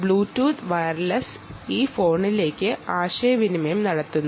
Bluetooth വയർലെസായി ഈ ഫോണിലേക്ക് കമ്മ്യൂണിക്കേഷൻ നടത്തുന്നു